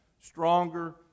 stronger